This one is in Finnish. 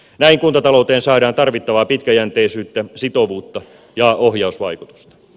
näin kuntatalouteen saadaan tarvittavaa pitkäjänteisyyttä sitovuutta ja ohjausvaikutusta